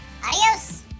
Adios